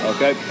Okay